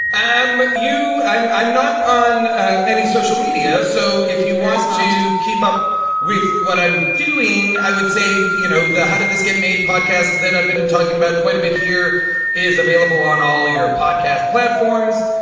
i'm you. i'm i'm not on any social media. so if you want to keep up with what i'm doing, i would say, you know, how did this get made podcast that i've been talking about quite a bit here is available on all your podcast platforms.